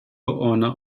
owner